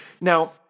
Now